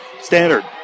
Standard